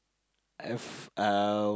I've uh